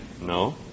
No